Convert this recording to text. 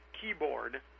keyboard